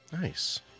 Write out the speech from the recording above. Nice